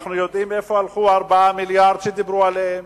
אנחנו יודעים לאן הלכו 4 המיליארדים שדיברו עליהם.